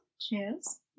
Cheers